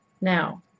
Now